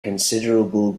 considerable